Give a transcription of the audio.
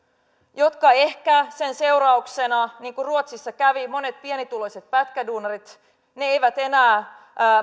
ehkä sen seurauksena käy niin kuin ruotsissa kävi että monet pienituloiset pätkäduunarit eivät enää